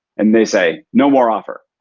and they say, no more offer.